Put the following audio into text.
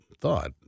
thought